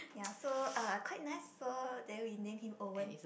ya so uh quite nice so then we name him Owen